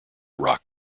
rock